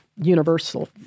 universal